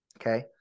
Okay